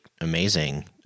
amazing